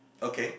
okay